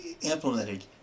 implemented